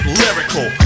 lyrical